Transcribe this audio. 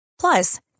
Plus